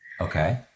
Okay